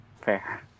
Fair